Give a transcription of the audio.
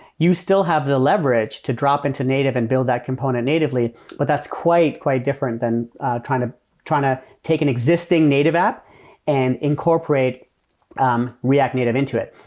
you still have the leverage to drop into native and build that component natively, but that's quite, quite different than trying to trying to take an existing native app and incorporate um react native into it.